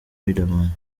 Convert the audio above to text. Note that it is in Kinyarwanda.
riderman